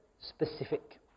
specific